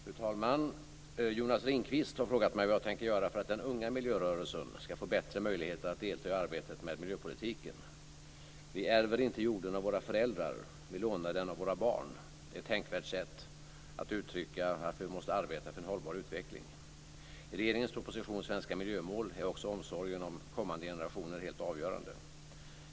Fru talman! Jonas Ringqvist har frågat mig vad jag tänker göra för att den unga miljörörelsen ska få bättre möjligheter att delta i arbetet med miljöpolitiken. "Vi ärver inte jorden av våra föräldrar, vi lånar den av våra barn" är ett tänkvärt sätt att uttrycka varför vi måste arbeta för en hållbar utveckling. I regeringens proposition Svenska miljömål är också omsorgen om kommande generationer helt avgörande.